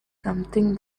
something